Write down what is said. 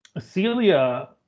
Celia